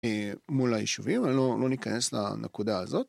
מול היישובים, אני לא, לא ניכנס לנקודה הזאת.